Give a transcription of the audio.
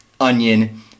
onion